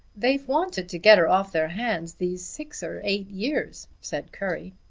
they've wanted to get her off their hands these six or eight years, said currie.